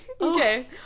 Okay